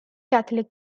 catholic